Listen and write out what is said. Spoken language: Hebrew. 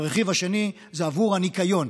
הרכיב השני זה עבור הניקיון.